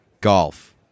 Golf